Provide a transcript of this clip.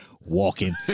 Walking